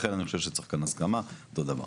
לכן אני חושב שצריך כאן הסכמה, אותו דבר.